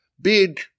big